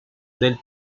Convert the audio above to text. del